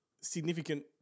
significant